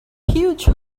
huge